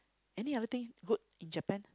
any other thing good in Japan